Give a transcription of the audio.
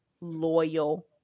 loyal